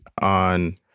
on